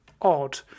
odd